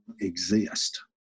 exist